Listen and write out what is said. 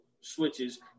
switches